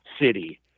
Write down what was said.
city